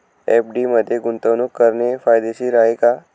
FD मध्ये गुंतवणूक करणे फायदेशीर आहे का?